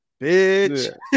bitch